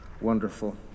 wonderful